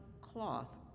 cloth